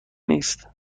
نیست